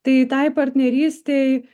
tai tai partnerystei